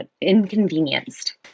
inconvenienced